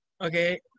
okay